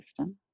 system